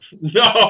no